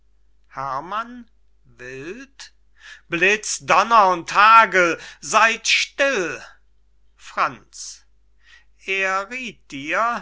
herrmann wild blitz donner und hagel seyd still franz er rieth dir